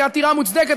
אם העתירה מוצדקת,